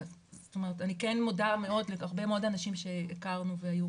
אני כן מודה מאוד להרבה מאוד אנשים שהכרנו והיו